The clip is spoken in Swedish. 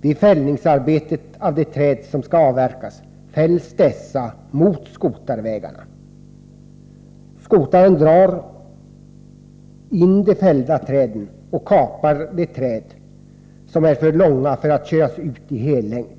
Vid arbetet med fällning av de träd som skall avverkas fälls dessa mot skotarvägarna. Skotaren drar in de fällda träden och kapar de träd som är för långa för att köras ut i hellängd.